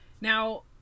Now